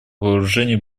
вооружений